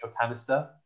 canister